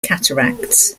cataracts